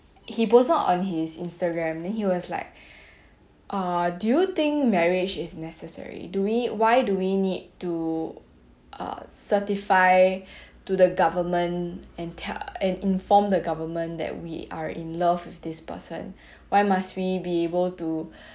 he posted on his instagram then he was like err do you think marriage is necessary do we why do we need to uh certify to the government and tel~ and inform the government that we are in love with this person why must we be able to